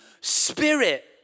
spirit